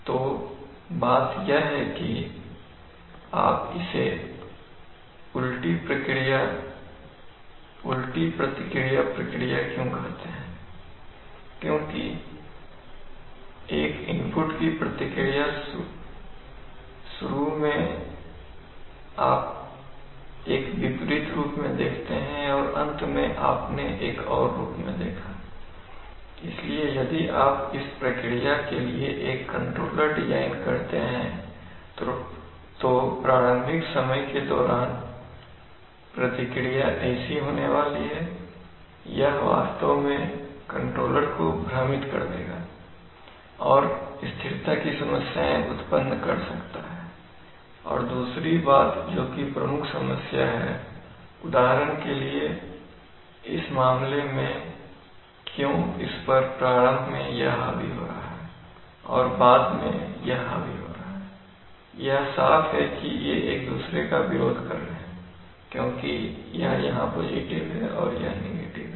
तो बात यह है कि आप इसे उल्टी प्रतिक्रिया प्रक्रिया क्यों कहते हैं क्योंकि एक इनपुट की प्रतिक्रिया शुरू में आप एक विपरीत रूप में देखते हैं और अंत में आपने एक और रूप में देखा इसलिए यदि आप इस प्रक्रिया के लिए एक कंट्रोलर डिजाइन करते हैं तो प्रारंभिक समय के दौरान प्रतिक्रिया ऐसी होने वाली है यह वास्तव में कंट्रोलर को भ्रमित कर देगा और यह स्थिरता की समस्या उत्पन्न कर सकता है और दूसरी बात जोकि प्रमुख समस्या हैउदाहरण के लिए इस मामले में क्यों इस पर प्रारंभ में यह हावी हो रहा है और बाद में यह हावी हो रहा हैयह साफ है कि ये एक दूसरे का विरोध कर रहे हैं क्योंकि यहां यह पॉजिटिव है और यह नेगेटिव है